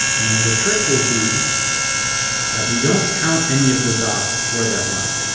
and the trick will be that we don't count any of the dots for that line